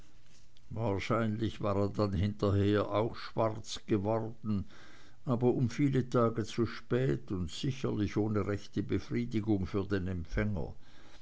wahrscheinlich war er dann hinterher auch schwarz geworden aber um viele tage zu spät und sicherlich ohne rechte befriedigung für den empfänger